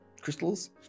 Crystals